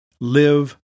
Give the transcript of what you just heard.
live